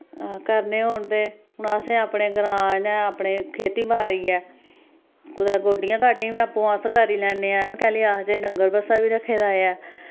करने होन ते हुन असें अपने ग्रां इ'नें अपने खेती बाड़ी ऐ कुतै गोड्डियां गाड्डियां बी आपूं अस करी लैन्ने आं में कैली आखचै डंगर बच्छा रक्खे दा ऐ